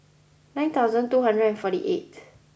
nine thousand two hundred and forty eighth